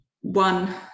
one